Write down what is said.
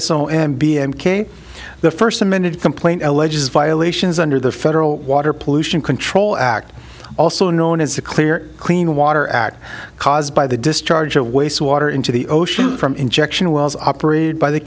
so m b m k the first amended complaint alleges violations under the federal water pollution control act also known as the clear clean water act caused by the discharge of wastewater into the ocean from injection wells operated by the